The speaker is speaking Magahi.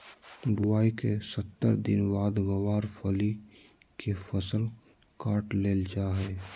बुआई के सत्तर दिन बाद गँवार फली के फसल काट लेल जा हय